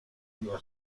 día